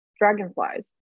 dragonflies